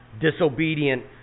disobedient